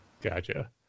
Gotcha